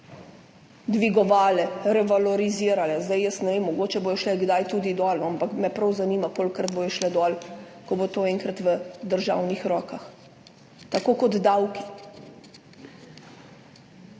dvigovale, revalorizirale. Jaz ne vem, mogoče bodo šle kdaj tudi dol, ampak me prav zanima, kolikokrat bodo šle dol, ko bo to enkrat v državnih rokah, tako kot davki.